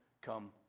come